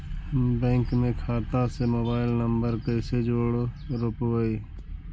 हम बैंक में खाता से मोबाईल नंबर कैसे जोड़ रोपबै?